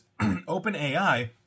OpenAI